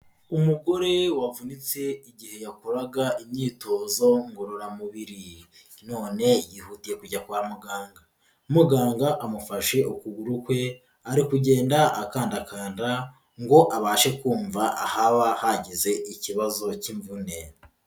Umugore wavunitse igihe yakoraga imyitozo ngororamubiri, none yihutiye kujya kwa muganga, muganga amufashe ukuguru kwe ari kugenda akandakanda ngo abashe kumva ahaba hagize ikibazo cy'imvune.